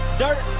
dirt